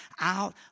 out